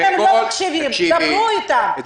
אם הם לא מקשיבים, תדברו איתם.